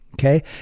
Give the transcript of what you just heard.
Okay